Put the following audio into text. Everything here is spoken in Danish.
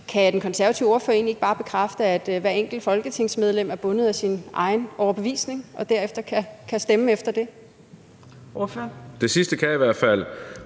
om den konservative ordfører egentlig ikke bare kan bekræfte, at hvert enkelt folketingsmedlem er bundet af sin egen overbevisning og kan stemme efter den. Kl. 10:30 Fjerde